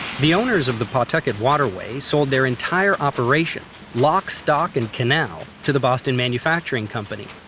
the owners of the pawtucket waterway sold their entire operation lock, stock, and canal to the boston manufacturing company.